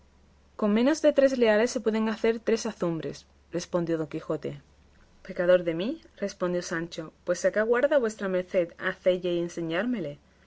con menos de tres reales se pueden hacer tres azumbres respondió don quijote pecador de mí replicó sancho pues a qué aguarda vuestra merced